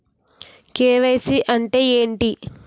KYC అంటే ఏంటి?